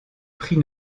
prix